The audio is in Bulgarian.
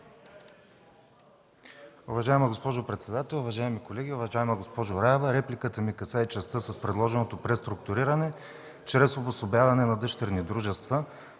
Уважаема госпожо председател, уважаеми колеги! Уважаема госпожо Раева, репликата ми касае частта с предложеното преструктуриране чрез обособяване на дъщерни дружества.